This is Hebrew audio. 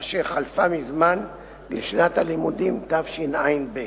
אשר חלפה מזמן, לשנת הלימודים תשע"ב.